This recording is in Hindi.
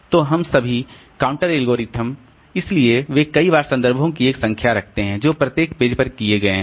तो इन सभी गणना एल्गोरिथ्म इसलिए वे कई बार संदर्भों की एक संख्या रखते हैं जो प्रत्येक पेज पर किए गए हैं